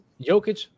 Jokic